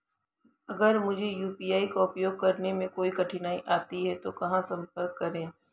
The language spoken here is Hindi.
अगर मुझे यू.पी.आई का उपयोग करने में कोई कठिनाई आती है तो कहां संपर्क करें?